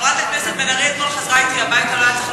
חברת הכנסת בן ארי חזרה אתי אתמול הביתה.